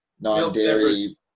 non-dairy